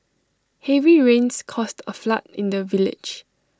heavy rains caused A flood in the village